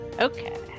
okay